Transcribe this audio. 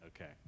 Okay